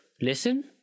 listen